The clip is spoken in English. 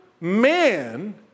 man